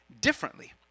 differently